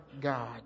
God